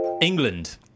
England